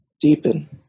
deepen